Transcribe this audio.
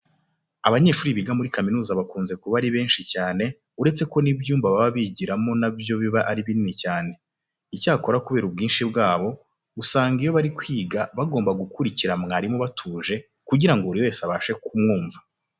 Abanyeshuri biga muri kaminuza bakunze kuba ari benshi cyane uretse ko n'ibyumba baba bigiramo na byo biba ari binini cyane. Icyakora kubera ubwinshi bwabo, usanga iyo bari kwiga bagomba gukurikira mwarimu batuje kugira ngo buri wese abashe kumwumva.